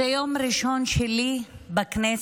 זה היום הראשון שלי בכנסת